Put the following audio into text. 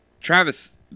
Travis